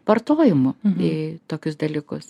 vartojimu į tokius dalykus